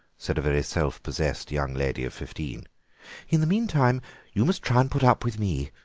said a very self-possessed young lady of fifteen in the meantime you must try and put up with me.